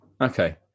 Okay